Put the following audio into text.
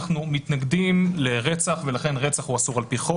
אנחנו מתנגדים לרצח ועל כן רצח אסור על-פי חוק.